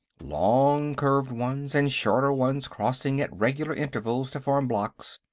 long curved ones, and shorter ones crossing at regular intervals to form blocks.